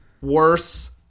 Worse